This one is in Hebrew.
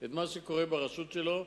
את מה שקורה ברשות שלו,